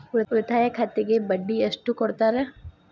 ಉಳಿತಾಯ ಖಾತೆಗೆ ಬಡ್ಡಿ ಎಷ್ಟು ಕೊಡ್ತಾರ?